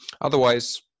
otherwise